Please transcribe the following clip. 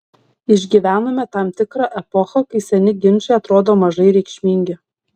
išgyvenome tam tikrą epochą kai seni ginčai atrodo mažai reikšmingi